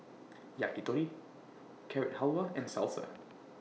Yakitori Carrot Halwa and Salsa